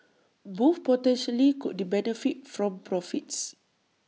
both potentially could benefit from profits